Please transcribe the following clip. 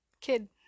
kid